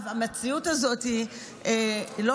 המציאות הזאת היא לא